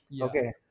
Okay